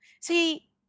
See